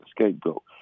scapegoat